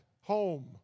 home